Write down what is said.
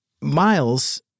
Miles